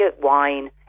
wine